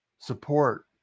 Support